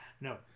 No